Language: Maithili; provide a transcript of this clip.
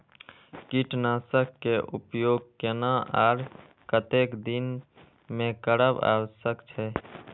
कीटनाशक के उपयोग केना आर कतेक दिन में करब आवश्यक छै?